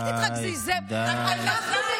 זה שראש המוסד צריך